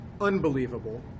unbelievable